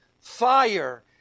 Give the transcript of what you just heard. fire